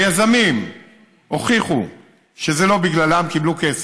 היזמים הוכיחו שזה לא בגללם, קיבלו כסף,